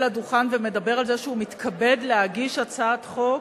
לדוכן ומדבר על זה שהוא מתכבד להגיש הצעת חוק,